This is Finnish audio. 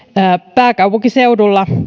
pääkaupunkiseudulla